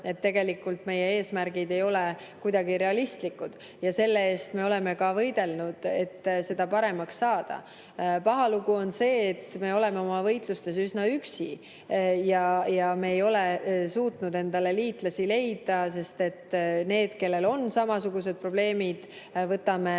et tegelikult meie eesmärgid ei ole kuidagi realistlikud. Selle eest me oleme ka võidelnud, et neid paremaks saada. Paha lugu on see, et me oleme oma võitluses üsna üksi. Me ei ole suutnud endale liitlasi leida, sest need, kellel on samasugused probleemid, võtame